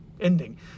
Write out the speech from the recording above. ending